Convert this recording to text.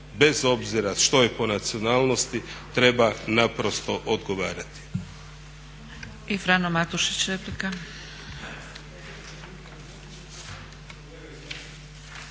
bez obzira što je po nacionalnosti treba naprosto odgovarati.